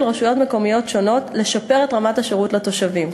רשויות מקומיות שונות לשפר את רמת השירות לתושבים,